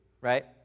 right